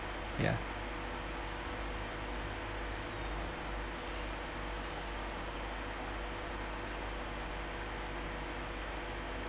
ya